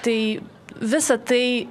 tai visa tai